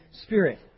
Spirit